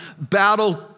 battle